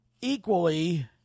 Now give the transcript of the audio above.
equally